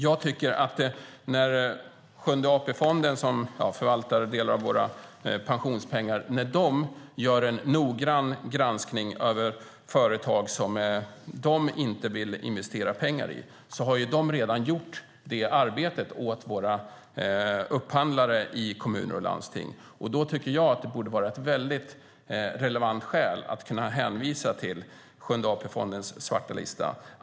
Jag tycker att när Sjunde AP-fonden, som förvaltar delar av våra pensionspengar, gör en noggrann granskning av företag som de inte vill investera pengar i har de redan gjort arbetet åt våra upphandlare i kommuner och landsting. Jag tycker att det borde vara ett relevant skäl att kunna hänvisa till Sjunde AP-fondens svarta lista.